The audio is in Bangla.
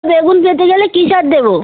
বেগুন পেতে গেলে কী সার দেবো